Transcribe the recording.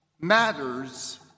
matters